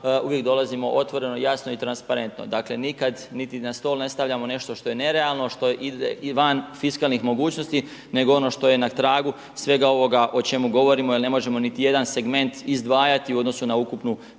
uvijek dolazimo otvoreno, jasno i transparentno. Dakle, nikada niti na stol ne stavljamo nešto što je nerealno, što ide i van fiskalnih mogućnost, nego ono što je na tragu, svega onoga o čemu govorimo, je ne možemo niti jedan segment izdvajati u odnosu na ukupnu